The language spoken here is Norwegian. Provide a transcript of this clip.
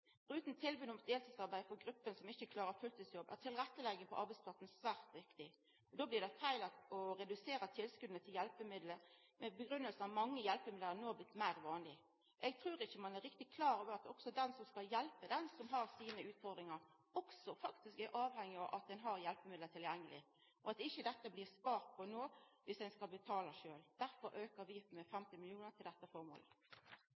tilbod om deltidsarbeid for gruppa som ikkje klarar fulltidsjobb, er tilrettelegging på arbeidsplassen svært viktig. Då blir det feil å redusera tilskota til hjelpemiddel med den grunngivinga at mange hjelpemiddel no har blitt meir vanleg. Eg trur ikkje ein er riktig klar over at også den som skal hjelpe den som har sine utfordringar, òg er avhengig av at ein har hjelpemiddel tilgjengeleg, og at dette ikkje blir spart på no, dersom ein skal betala sjølv. Derfor aukar vi med